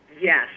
yes